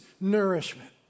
nourishment